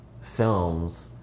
films